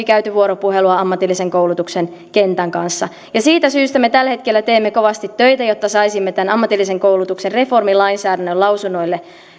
käyty vuoropuhelua ammatillisen koulutuksen kentän kanssa siitä syystä me tällä hetkellä teemme kovasti töitä jotta saisimme tämän ammatillisen koulutuksen reformilainsäädännön lausunnoille